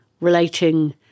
relating